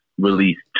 released